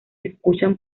escuchan